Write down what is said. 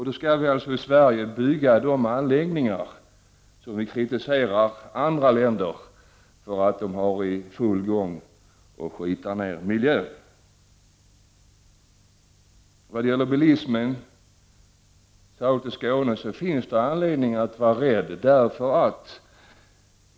Då skulle vi alltså i Sverige bygga sådana anläggningar som vi kritiserar andra länder för att smutsa ner miljön med. Vad gäller bilismen i Skåne finns det anledning att vara rädd.